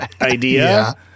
idea